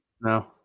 No